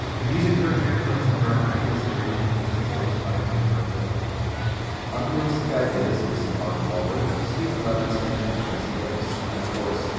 the music heard here comes from our actual series and was composed by pinar toprak. hernandez unrealistic ideas is mark wahlberg, steven levinson, and archie gips. and of course,